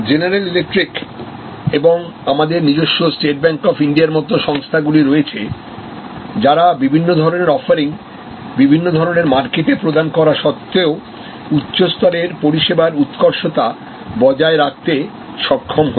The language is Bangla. জেনারেল ইলেকট্রিক এবং আমাদের নিজস্ব স্টেট ব্যাংক অফ ইন্ডিয়ার মতো সংস্থাগুলি রয়েছে যারা বিভিন্ন ধরণের অফারিং বিভিন্ন ধরনের মার্কেটে প্রদান করা সত্ত্বেও উচ্চ স্তরের পরিষেবার উৎকর্ষতা বজায় রাখতে সক্ষম হয়েছে